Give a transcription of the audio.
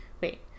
Wait